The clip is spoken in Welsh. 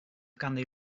ganddi